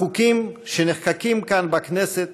החוקים שנחקקים כאן בכנסת